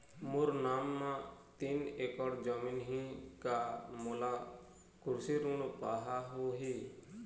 मोर नाम म तीन एकड़ जमीन ही का मोला कृषि ऋण पाहां होही?